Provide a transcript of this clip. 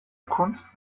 kunst